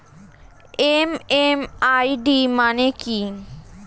MMID মানে কি?